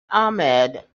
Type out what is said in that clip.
ahmed